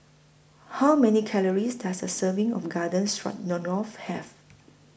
How Many Calories Does A Serving of Garden Stroganoff Have